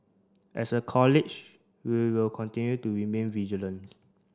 as a College we will continue to remain vigilant